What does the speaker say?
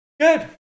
Good